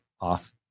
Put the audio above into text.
off